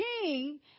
king